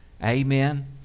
Amen